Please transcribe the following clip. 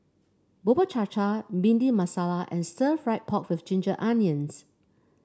Bubur Cha Cha Bhindi Masala and stir fry pork with Ginger Onions